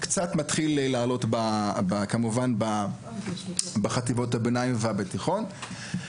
מתחיל לעלות לכיוון חטיבת הביניים ואז בתיכון.